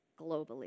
globally